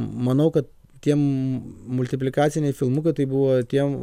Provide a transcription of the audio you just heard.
manau kad tie m multiplikaciniai filmukai tai buvo tie